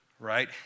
Right